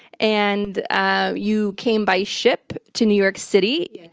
and ah you came by ship to new york city.